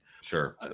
Sure